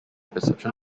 perception